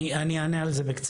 אני אענה על זה בקצרה.